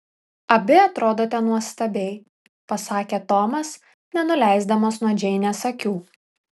abi atrodote nuostabiai pasakė tomas nenuleisdamas nuo džeinės akių